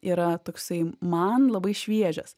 yra toksai man labai šviežias